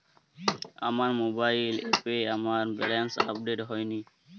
আমার মোবাইল অ্যাপে আমার ব্যালেন্স আপডেট হয়নি